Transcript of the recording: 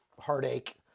heartache